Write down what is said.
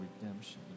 redemption